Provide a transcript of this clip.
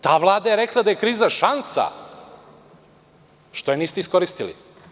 Ta vlada je rekla da je kriza šansa, što je niste iskoristili.